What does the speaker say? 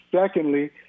secondly